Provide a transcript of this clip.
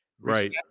Right